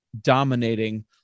dominating